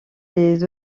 des